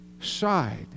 side